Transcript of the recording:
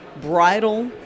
bridal